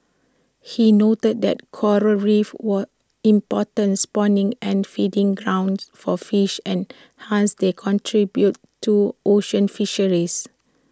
he noted that Coral reefs were important spawning and feeding grounds for fish and hence they contribute to ocean fisheries